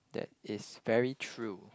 that is very true